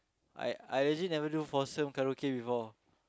I I legit never do foursome karaoke before